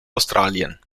australien